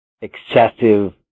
excessive